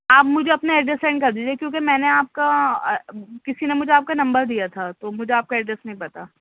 آپ مجھے اپنا ایڈریس سینڈ کر دیجیے کیونکہ میں نے آپ کا کسی نے مجھے آپ کا نمبر دیا تھا تو مجھے آپ کا ایڈریس نہیں پتہ